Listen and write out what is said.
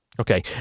Okay